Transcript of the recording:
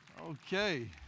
Okay